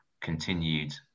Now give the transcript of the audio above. continued